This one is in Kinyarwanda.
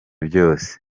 byose